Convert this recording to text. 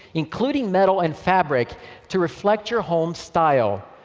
including metal and fabric to reflect your home's style,